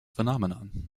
phenomenon